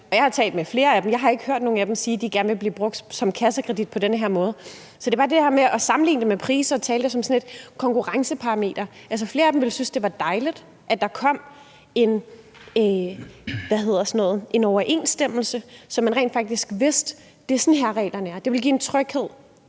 Jeg har talt med flere af dem, og jeg har ikke hørt nogen af dem sige, at de gerne vil blive brugt som kassekredit på den her måde. Så det er bare det her med at sammenligne det med priser og tale om det som sådan et konkurrenceparameter. Altså, flere af dem ville synes, det var dejligt, at der kom, hvad hedder sådan noget, en overensstemmelse, så man rent faktisk vidste, at det er sådan her, reglerne er. Det ville give en tryghed.